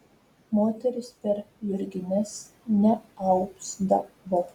moterys per jurgines neausdavo